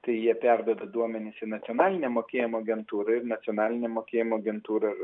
kai jie perduoda duomenis į nacionaliną mokėjimo agentūrą ir nacionalinė mokėjimų agentūra